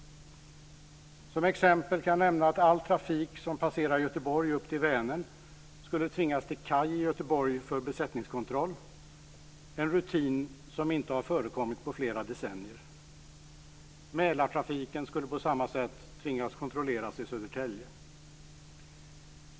Som exempel kan nämnas att all trafik som passerar Göteborg upp till Vänern skulle tvingas till kaj i Göteborg för besättningskontroll, en rutin som inte har förekommit på flera decennier. Mälartrafiken skulle på samma sätt tvingas kontrolleras i Södertälje.